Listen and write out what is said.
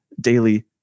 daily